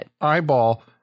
eyeball